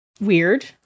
Weird